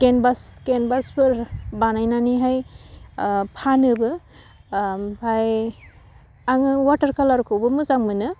खेनभास खेनबासफोर बानायनानैहाय ओह फानोबो ओमफाय आङो अवाटार खालारखौबो मोजां मोनो